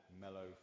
Mellow